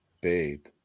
Babe